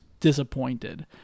disappointed